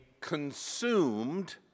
consumed